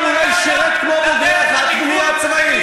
שירות צבאי כמו בוגרי הפנימייה הצבאית.